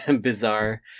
bizarre